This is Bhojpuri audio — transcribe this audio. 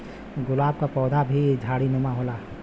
गुलाब क पौधा भी झाड़ीनुमा होला